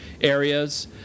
areas